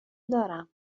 دارم